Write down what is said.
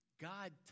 God